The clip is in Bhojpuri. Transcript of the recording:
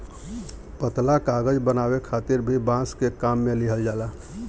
पतला कागज बनावे खातिर भी बांस के काम में लिहल जाला